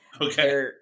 Okay